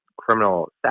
criminal